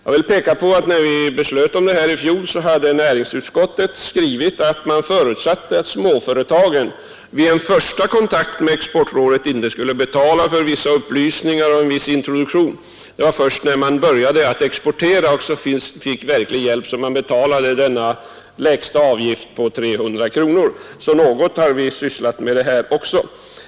Jag vill påpeka att när riksdagen fattade beslut om detta i fjol, hade utskottet skrivit att det förutsatte att småföretagen vid en första kontakt med exportrådet inte skulle betala för vissa upplysningar och en viss introduktion. Först när de började exportera och fick verklig hjälp, skulle de betala den lägsta avgiften på 300 kronor. Något har vi alltså sysslat med detta.